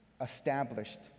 established